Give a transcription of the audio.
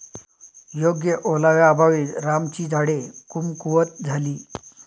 योग्य ओलाव्याअभावी रामाची झाडे कमकुवत झाली